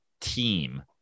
team